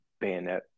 bayonet